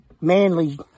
manly